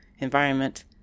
environment